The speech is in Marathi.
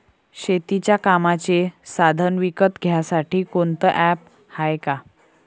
शेतीच्या कामाचे साधनं विकत घ्यासाठी कोनतं ॲप हाये का?